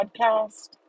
podcast